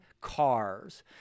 cars